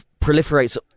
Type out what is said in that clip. proliferates